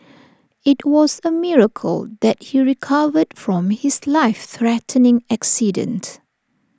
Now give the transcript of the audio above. IT was A miracle that he recovered from his life threatening accident